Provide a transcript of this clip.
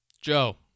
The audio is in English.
Joe